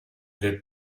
the